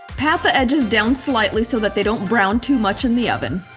pat the edges down slightly so that they don't brown too much in the oven.